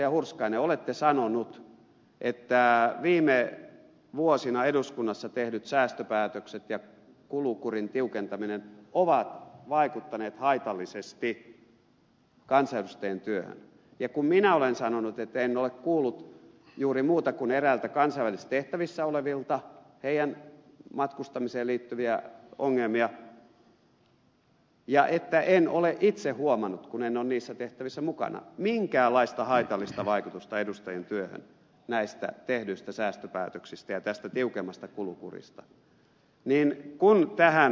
hurskainen olette sanonut että viime vuosina eduskunnassa tehdyt säästöpäätökset ja kulukurin tiukentaminen ovat vaikuttaneet haitallisesti kansanedustajien työhön ja kun minä olen sanonut että en ole kuullut juuri muuta kuin eräiltä kansainvälisissä tehtävissä olevilta heidän matkustamiseensa liittyvistä ongelmistaan ja että en ole itse huomannut kun en ole niissä tehtävissä mukana minkäänlaista haitallista vaikutusta edustajien työhön näistä tehdyistä säästöpäätöksistä ja tästä tiukemmasta kulukurista niin kun tähän